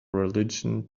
religion